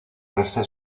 verse